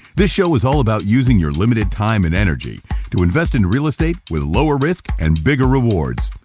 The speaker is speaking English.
this show is all about using your limited time and energy to invest in real estate with lower risk and bigger rewards.